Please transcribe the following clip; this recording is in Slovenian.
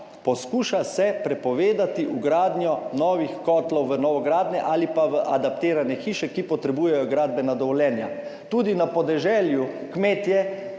poskuša se prepovedati vgradnjo novih kotlov v novogradnje ali pa v adaptirane hiše, ki potrebujejo gradbena dovoljenja. Tudi na podeželju kmetje,